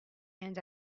and